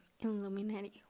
Illuminati